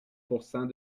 pourcent